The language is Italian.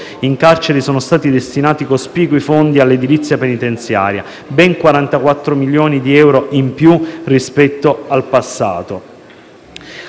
in carcere, sono stati destinati cospicui fondi all'edilizia penitenziaria: ben 44 milioni di euro in più rispetto al passato,